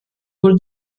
wurde